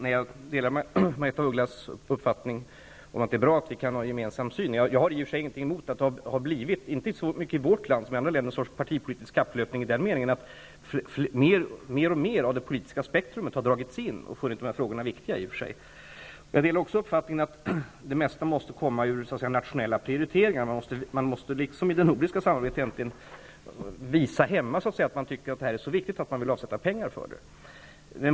Fru talman! Jag delar Margaretha af Ugglas uppfattning att det är bra att vi kan ha en gemensam syn. Jag har i och för sig ingenting emot att det har blivit någon sorts partipolitisk kapplöpning i den meningen att mer och mer av det politiska spektrat har dragits in och att man funnit dessa frågor viktiga. Det har kanske inte varit så mycket av detta i vårt land som i andra länder. Jag delar också uppfattningen att det mesta måste vara nationella prioriteringar. Man måste, liksom i det nordiska samarbetet, visa hemma att man tycker att detta är så viktigt att man vill avsätta pengar för det.